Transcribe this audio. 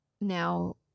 now